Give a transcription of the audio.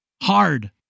hard